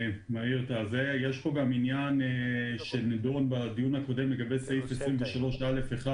יש כאן גם עניין שנדון בדיון הקודם לגבי סעיף 23(א)(1),